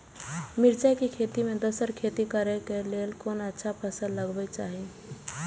मिरचाई के खेती मे दोसर खेती करे क लेल कोन अच्छा फसल लगवाक चाहिँ?